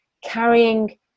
carrying